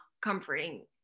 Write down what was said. comforting